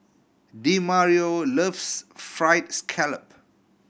Demario loves Fried Scallop